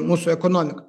mūsų ekonomikai